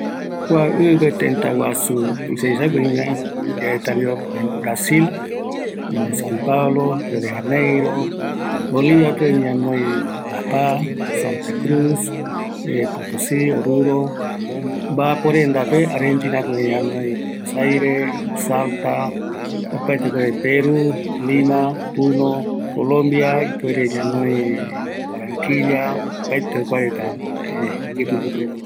Kua sërëtäpe oïme, santa cruz, tëtä raɨ, montero, cotoca, camiri, guarayo, la paz, cochabamba, sucre, oruro, potosi jare beni, kuarupigua tëtäraɨ reta aikua jeereta